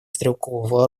стрелкового